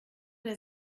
der